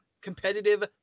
competitive